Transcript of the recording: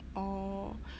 oh